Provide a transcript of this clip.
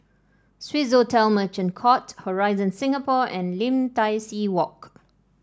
Swissotel Merchant Court Horizon Singapore and Lim Tai See Walk